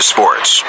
Sports